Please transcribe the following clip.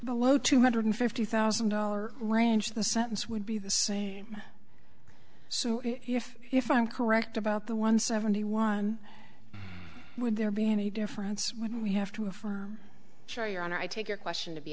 below two hundred fifty thousand dollar range the sentence would be the same so you know if i'm correct about the one seventy one would there be any difference when we have to for sure your honor i take your question to be